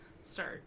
start